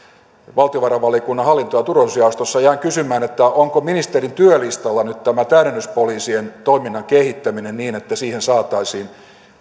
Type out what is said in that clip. valtiovarainvaliokunnan hallinto ja turvallisuusjaostossa jään kysymään onko ministerin työlistalla nyt tämä täydennyspoliisien toiminnan kehittäminen niin että siihen saataisiin